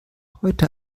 heute